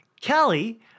Kelly